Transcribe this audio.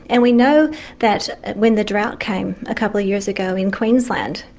and we know that when the drought came a couple of years ago in queensland,